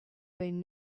been